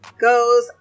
goes